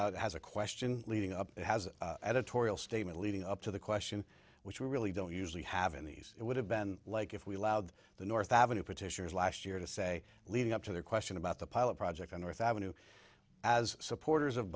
out as a question leading up editorial statement leading up to the question which we really don't usually have in these it would have been like if we allowed the north avenue petitioners last year to say leading up to the question about the pilot project on north avenue as supporters of